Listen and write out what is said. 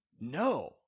No